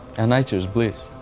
and nature is bliss.